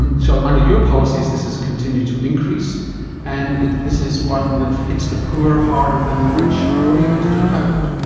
and so under your policies this has continued to increase and this is one that hits the poor harder than the rich. what are you going to do about it?